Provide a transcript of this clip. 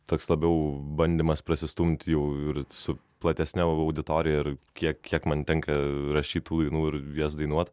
toks labiau bandymas prasistumti jau ir su platesne auditorija ir kiek kiek man tenka rašyt tų dainų ir jas dainuoti